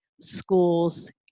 schools